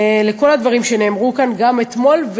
לכל הדברים שנאמרו כאן גם אתמול,